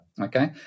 okay